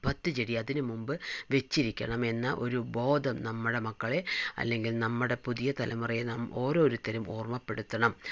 പത്ത് ചെടി അതിന് മുൻപ് വെച്ചിരിക്കണം എന്ന ഒരു ബോധം നമ്മുടെ മക്കളെ അല്ലെങ്കിൽ നമ്മുടെ പുതിയ തലമുറയെ നാം ഓരോരുത്തരും ഓർമ്മപ്പെടുത്തണം